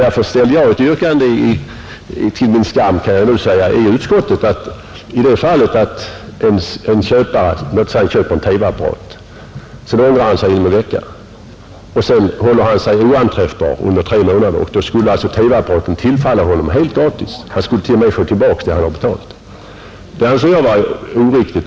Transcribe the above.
Därför ställde jag — till min skam kan jag erkänna nu — ett yrkande i utskottet beträffande sådana fall då en person köper låt oss säga en TV-apparat och ångrar sig inom en vecka och sedan håller sig oanträffbar under tre månader. Då skulle alltså TV-apparaten tillfalla honom helt gratis. Han skulle t.o.m. få tillbaka det han hade betalt. Det anser jag vara oriktigt.